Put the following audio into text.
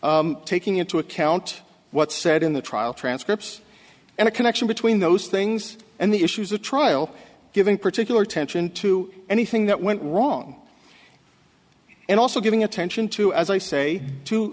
taking into account what's said in the trial transcripts and the connection between those things and the issues a trial giving particular attention to anything that went wrong and also giving attention to as i say to